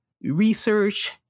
research